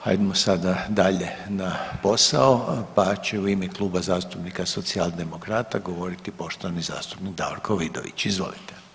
Hajdmo sada dalje na posao, pa će u ime Kluba zastupnika Socijaldemokrata govoriti poštovani zastupnik Davorko Vidović, izvolite.